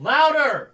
Louder